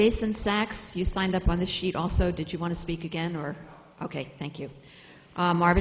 jason sacks you signed up on the sheet also did you want to speak again or ok thank you mar